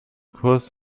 kurs